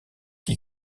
qui